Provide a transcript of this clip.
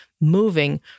moving